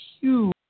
huge